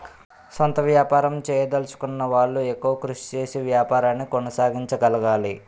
సొంత వ్యాపారం చేయదలచుకున్న వాళ్లు ఎక్కువ కృషి చేసి వ్యాపారాన్ని కొనసాగించగలగాలి